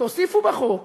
תוסיפו בחוק